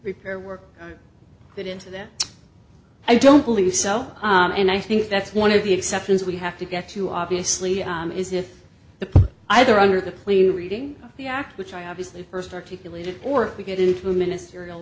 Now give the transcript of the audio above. repair work that into their i don't believe so and i think that's one of the exceptions we have to get to obviously on is if the either under the clean reading the act which i obviously first articulated or if we get into a ministerial